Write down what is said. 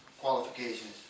qualifications